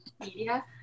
media